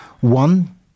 one